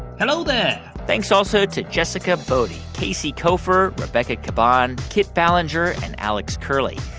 hello there thanks also to jessica boddy, casey koeffer, rebecca caban, kit ballenger and alex curley.